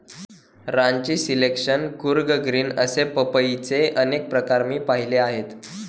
Ranchi selection, Coorg green असे पपईचे अनेक प्रकार मी पाहिले आहेत